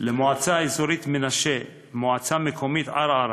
למועצה האזורית מנשה, מועצה מקומית ערערה,